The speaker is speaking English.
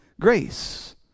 grace